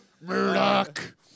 Murdoch